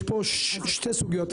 יש פה שתי סוגיות,